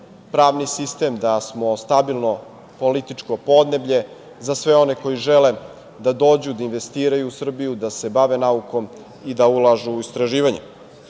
pravni sistem, da smo stabilno političko podneblje za sve one koji žele da dođu da investiraju u Srbiju, da se bave naukom i da ulažu u istraživanje. Razvoj